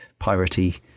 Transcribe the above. piratey